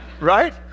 right